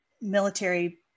military